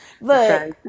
Look